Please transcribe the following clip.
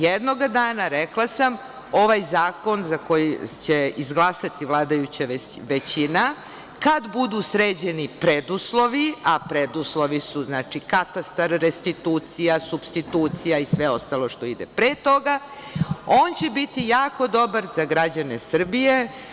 Jednoga dana, rekla sam, ovaj zakon, za koji će izglasati vladajuća većina, kad budu sređeni preduslovi, a preduslovi su znači – katastar, restitucija, supstitucija i sve ostalo što ide pre toga, on će biti jako dobar za građane Srbije.